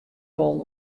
wollen